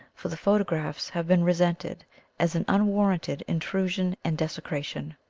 for the photographs have been resented as an unwarranted intrusion and desecration.